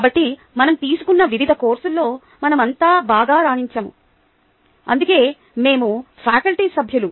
కాబట్టి మనం తీసుకున్న వివిధ కోర్సుల్లో మనమంతా బాగా రాణించాము అందుకే మేం ఫ్యాకల్టీ సభ్యులు